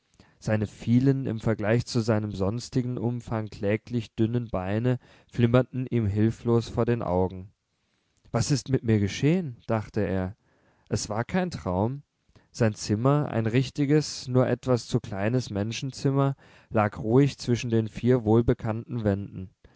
seine vielen im vergleich zu seinem sonstigen umfang kläglich dünnen beine flimmerten ihm hilflos vor den augen was ist mit mir geschehen dachte er es war kein traum sein zimmer ein richtiges nur etwas zu kleines menschenzimmer lag ruhig zwischen den vier wohlbekannten wänden